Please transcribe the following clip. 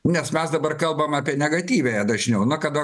nes mes dabar kalbam apie negatyviąją dažniau na kada